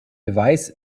beweis